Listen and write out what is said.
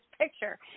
picture